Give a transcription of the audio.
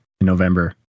November